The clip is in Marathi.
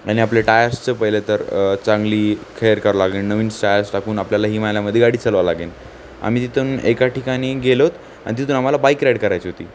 आणि आपले टायर्सचं पहिले तर चांगली खेअर करावे लागेल नवीन टायर्स टाकून आपल्याला हिमालयामध्ये गाडी चालवावं लागेन आम्ही तिथून एका ठिकाणी गेलोत आणि तिथून आम्हाला बाईक राईड करायची होती